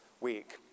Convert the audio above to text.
week